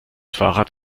fahrrad